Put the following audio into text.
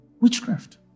Witchcraft